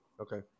okay